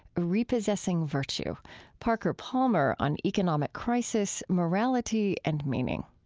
repossessing virtue parker palmer on economic crisis, morality, and meaning.